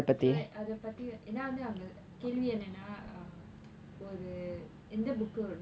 so அத பத்தி ஏனா வந்து அவங்க கேள்வி என்னனா:atha paththi yaenaa vanthu avanga kelvi ennanaa uh ஒரு எந்த:oru entha book